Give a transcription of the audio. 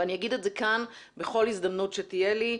אני אגיד את זה בכל הזדמנות שתהיה לי,